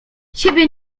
ciebie